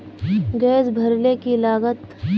Gas भरले की लागत?